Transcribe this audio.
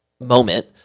moment